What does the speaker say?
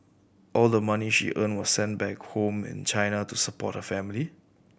all the money she earned was sent back home in China to support her family